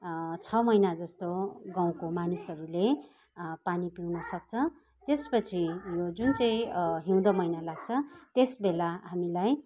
छ मैना जस्तो गाउँको मानिसहरूले पानी पिउन सक्छ त्यसपछि यो जुन चाहिँ हिउँदो महिना लाग्छ त्यसबेला हामीलाई